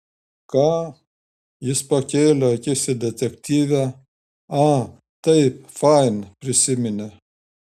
ką jis pakėlė akis į detektyvę a taip fain prisiminė